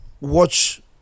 watch